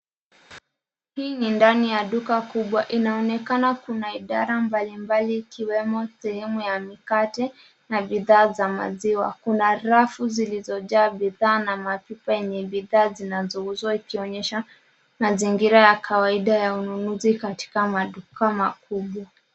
Hii ni ndani ya duka kubwa inaonekana kuna idara mbalimbali ikiwemo sehemu ya mikate na bidhaa za maziwa. Kuna rafu zilizojaa bidhaa na mapipa yenye bidhaa zinazouzwa ikionyesha mazingira ya kawaida ya ununuzi katika maduka makubwa.